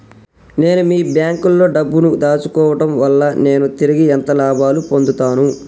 నేను మీ బ్యాంకులో డబ్బు ను దాచుకోవటం వల్ల నేను తిరిగి ఎంత లాభాలు పొందుతాను?